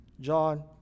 John